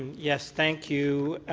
yes. thank you.